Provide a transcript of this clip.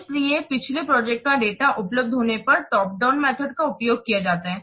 इसलिए पिछले प्रोजेक्ट का डेटा उपलब्ध होने पर टॉप डाउन विधि का उपयोग किया जाता है